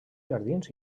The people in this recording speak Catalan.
jardins